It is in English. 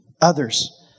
Others